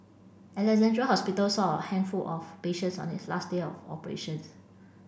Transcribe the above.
Alexandra Hospital saw a handful of patients on its last day of operations